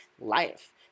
life